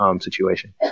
situation